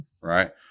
Right